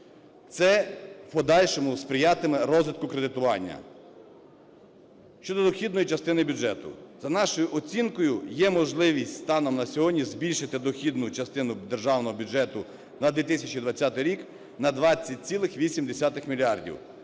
Це в подальшому сприятиме розвитку кредитування. Щодо дохідної частини бюджету. За нашою оцінкою, є можливість станом на сьогодні збільшити дохідну частину Державного бюджету на 2020 рік на 20,8 мільярда,